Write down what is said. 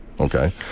Okay